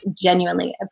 genuinely